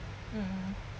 um